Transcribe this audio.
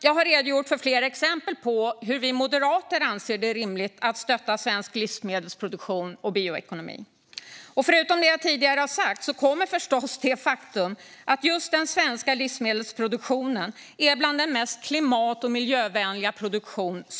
Jag har redogjort för flera exempel på hur vi moderater anser det rimligt att stötta svensk livsmedelsproduktion och bioekonomi. Till det jag tidigare har sagt kommer förstås det faktum att just den svenska livsmedelsproduktionen är bland de mest klimat och miljövänliga som finns.